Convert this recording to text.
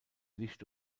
licht